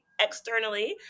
externally